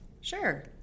Sure